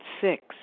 six